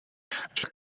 chaque